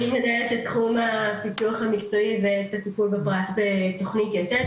אני מנהלת את תחום הפיתוח המקצועי ואת הטיפול בפרט בתכנית יתד,